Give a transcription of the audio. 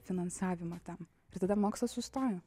finansavimą tam ir tada mokslas sustoja